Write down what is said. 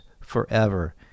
forever